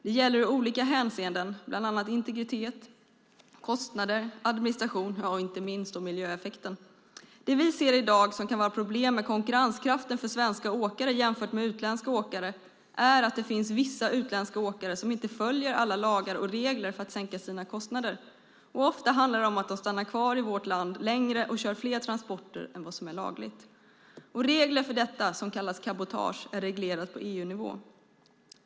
Det gäller ur olika hänseenden, bland annat integritet, kostnader, administration och inte minst miljöeffekten. Det vi ser i dag, som kan vara ett problem med konkurrenskraften för svenska åkare jämfört med utländska åkare, är att det finns vissa utländska åkare som inte följer alla lagar och regler för att sänka sina kostnader; ofta handlar det om att de stannar kvar i vårt land längre och kör fler transporter än vad som är lagligt. Regler för detta, som kallas cabotage, finns på EU-nivå.